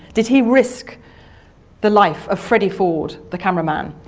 did he risk the life of freddy ford, the cameraman,